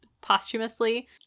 Posthumously